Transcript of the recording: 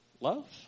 love